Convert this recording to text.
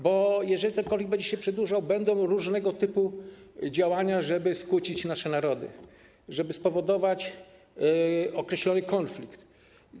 Bo jeżeli ten konflikt będzie się przedłużał, będą różnego typu działania po to, żeby skłócić nasze narody, żeby spowodować określony konflikt.